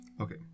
Okay